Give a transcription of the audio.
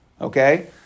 okay